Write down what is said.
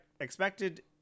expected